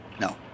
No